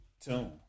tune